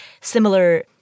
similar